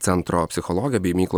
centro psichologė bei mykolo